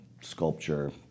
sculpture